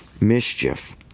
mischief